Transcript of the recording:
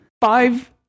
Five